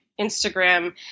Instagram